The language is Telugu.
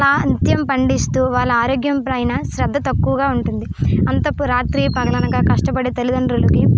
అలా నిత్యం పండిస్తూ వాళ్ళ ఆరోగ్యం పైన శ్రద్ధ తక్కువగా ఉంటుంది అంతకు రాత్రి పగలనక కష్టపడి తల్లిదండ్రులకి